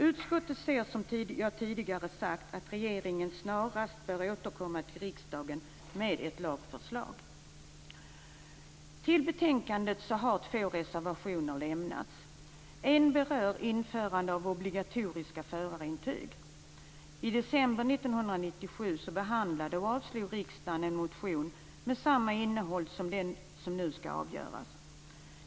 Utskottet anser, som jag tidigare sagt, att regeringen snarast bör återkomma till riksdagen med ett lagförslag. Till betänkandet har två reservationer lämnats. En berör införande av obligatoriska förarintyg. I december 1997 behandlade och avslog riksdagen en motion med samma innehåll som den som nu skall avgöras.